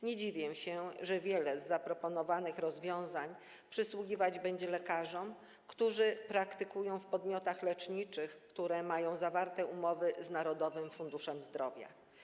Nie dziwię się, że wiele z zaproponowanych rozwiązań obejmować będzie lekarzy, którzy praktykują w podmiotach leczniczych, które mają zawarte umowy z Narodowym Funduszem Zdrowia.